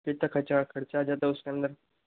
कितना खर्चा खर्चा आ जाता है उस के अन्दर